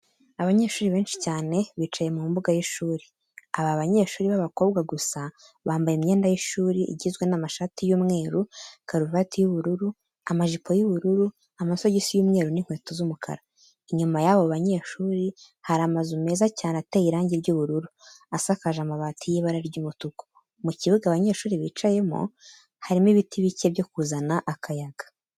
Abanyeshuri benshi cyane bicaye mu mbuga y'ishuri. Aba banyeshuri b'abakobwa gusa bambaye imyenda y'ishuri igizwe n'amashati y'umweru, karuvati y'ubururu, amajipo y'ubururu, amasogisi y'umweru n'inkweto z'umukara. Inyuma y'abo banyeshuri hari amazu meza cyane ateye irangi ry'ubururu, asakaje amabati y'ibara ry'umutuku. Mu kibuga abanyeshuri bicayemo, harimo ibiti bike byo kuzana akayaga.